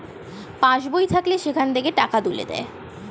pass বই থাকলে সেখান থেকে টাকা তুলতে দেয়